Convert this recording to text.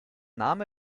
name